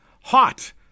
Hot